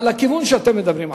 בכיוון שאתם מדברים עליו.